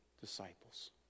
disciples